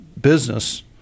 business